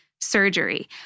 surgery